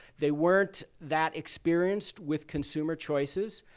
they weren't that experienced with consumer choices.